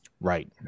right